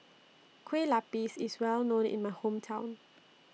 Kueh Lapis IS Well known in My Hometown